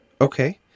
Okay